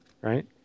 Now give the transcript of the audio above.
right